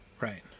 Right